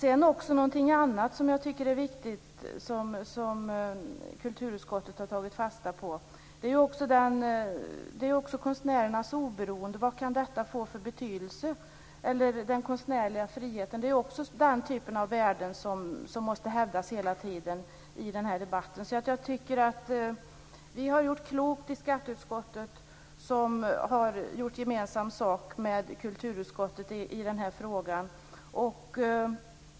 En annan sak som jag också tycker är viktig som kulturutskottet har tagit fasta på gäller konstnärernas oberoende och den konstnärliga friheten. Den typen av värden måste ju också hävdas hela tiden i den här debatten. Jag tycker att vi i skatteutskottet har varit kloka som har gjort gemensam sak med kulturutskottet i den här frågan.